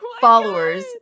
followers